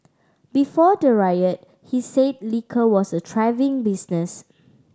before the riot he said liquor was a thriving business